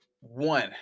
one